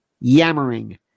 yammering